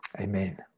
amen